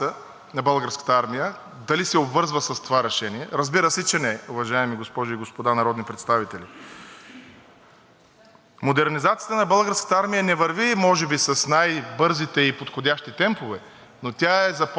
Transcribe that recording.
Модернизацията на Българската армия не върви може би с най-бързите и подходящи темпове, но тя е започната много отдавна. В тази връзка и решенията, които приемаме за модернизация на Военновъздушните сили